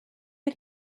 had